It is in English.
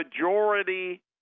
majority